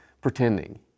pretending